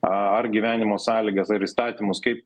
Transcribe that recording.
ar gyvenimo sąlygas ar įstatymus kaip